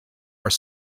are